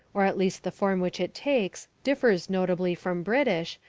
or at least the form which it takes, differs notably from british,